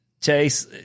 Chase